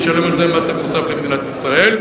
ישלם על זה מס ערך מוסף למדינת ישראל,